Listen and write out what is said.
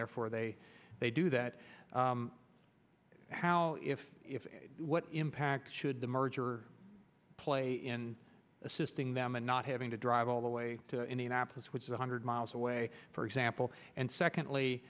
therefore they they do that how if if what impact should the merger play in assisting them and not having to drive all the way to indianapolis which is one hundred miles away for example and secondly